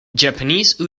japanese